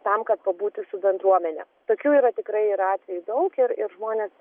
tam kad pabūti su bendruomene tokių yra tikrai yra atvejų daug ir ir žmonės